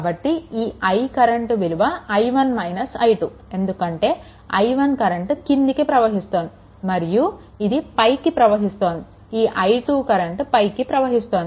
కాబట్టి ఈ I current విలువ i1 - i2 ఎందుకంటే i1 కరెంట్ క్రిందికి ప్రవహిస్తోంది మరియు ఇది పైకి ప్రవహిస్తోంది ఈ i2 కరెంట్ పైకి ప్రవహిస్తోంది